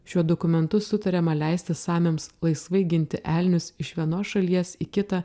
šiuo dokumentu sutariama leisti samiams laisvai ginti elnius iš vienos šalies į kitą